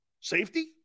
Safety